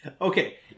Okay